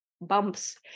bumps